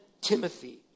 Timothy